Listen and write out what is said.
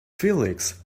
felix